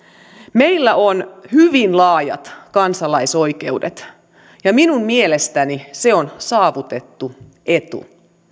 meillä on hyvin laajat kansalaisoikeudet ja minun mielestäni se on saavutettu etu